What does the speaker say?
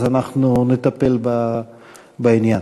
אז אנחנו נטפל בעניין.